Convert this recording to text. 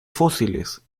fósiles